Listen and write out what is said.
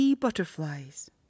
Butterflies